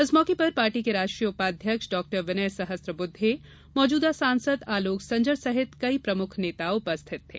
इस मौके पर पार्टी के राष्ट्रीय उपाध्यक्ष डाक्टर विनय सहस्त्रबुद्वे मौजूदा सांसद आलोक संजर सहित कई प्रमुख नेता उपस्थित थे